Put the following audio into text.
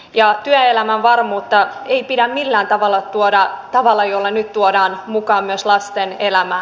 ja työelämän epävarmuutta ei pidä millään tavalla tuoda tavalla jolla nyt tuodaan mukaan myös lasten elämään